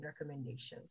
recommendations